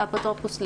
אפוטרופוס לדין.